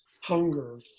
hunger